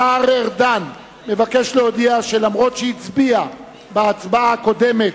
השר ארדן מבקש להודיע שלמרות שהצביע בהצבעה הקודמת,